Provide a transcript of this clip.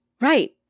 Right